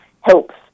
helps